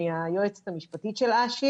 אני היועצת המשפטית של אש"י.